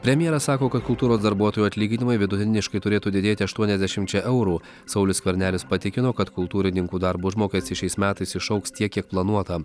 premjeras sako kad kultūros darbuotojų atlyginimai vidutiniškai turėtų didėti aštuoniasdešimčia eurų saulius skvernelis patikino kad kultūrininkų darbo užmokestis šiais metais išaugs tiek kiek planuota